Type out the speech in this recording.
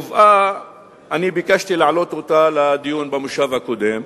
אני ביקשתי להעלות אותה לדיון במושב הקודם,